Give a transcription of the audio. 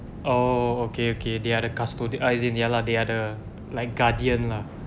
oh okay okay they are the custodians ah as in ya lah they are the like guardian lah